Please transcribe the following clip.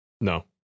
No